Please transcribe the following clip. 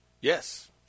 Yes